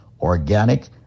organic